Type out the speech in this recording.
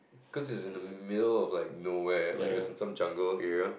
cause it's in the middle of like nowhere like it was in some jungle area